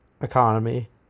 economy